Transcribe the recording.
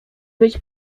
być